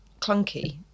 clunky